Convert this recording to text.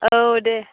औ दे